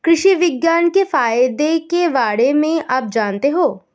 कृषि विज्ञान के फायदों के बारे में आप जानते हैं?